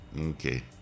Okay